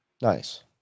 Nice